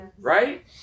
Right